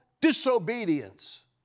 disobedience